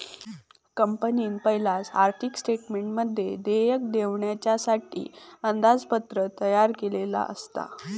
कंपनीन पयलाच आर्थिक स्टेटमेंटमध्ये देयक दिवच्यासाठी अंदाजपत्रक तयार केल्लला आसा